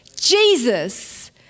Jesus